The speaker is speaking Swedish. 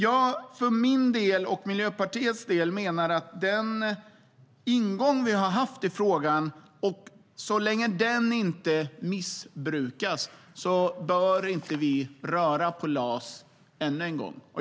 Jag och Miljöpartiet menar, med den ingång som vi har haft i frågan, att så länge detta inte missbrukas bör vi inte röra på LAS ännu en gång.